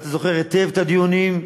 ואתה זוכר היטב את הדיונים,